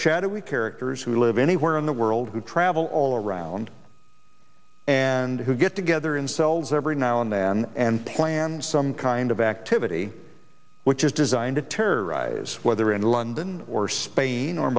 shadowy characters who live anywhere in the world who travel all around and who get together in cells every now and then and plan some kind of activity which is designed to terrorize whether in london or spain or